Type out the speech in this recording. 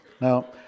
Now